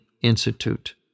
Institute